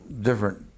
different